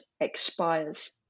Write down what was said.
expires